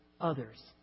others